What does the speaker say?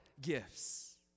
gifts